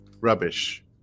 rubbish